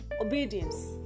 obedience